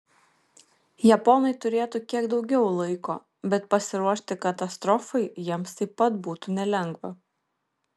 japonai turėtų kiek daugiau laiko bet pasiruošti katastrofai jiems taip pat būtų nelengva